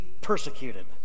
persecuted